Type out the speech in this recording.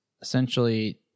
essentially